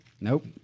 Nope